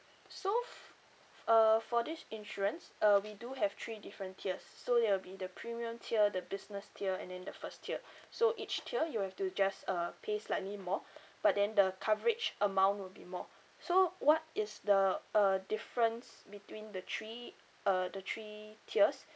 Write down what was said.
so f~ uh for this insurance uh we do have three different tiers so there will be the premium tier the business tier and then the first tier so each tier you have to just uh pay slightly more but then the coverage amount will be more so what is the uh difference between the three uh the three tiers